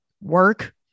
work